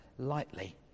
lightly